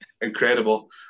incredible